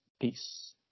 peace